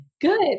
Good